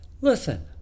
listen